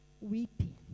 weeping